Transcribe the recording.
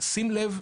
שים לב,